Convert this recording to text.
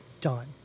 done